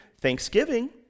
thanksgiving